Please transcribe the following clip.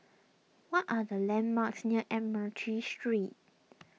what are the landmarks near Admiralty Street